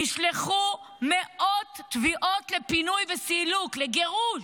נשלחו מאות תביעות לפינוי ולסילוק, לגירוש,